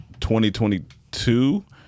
2022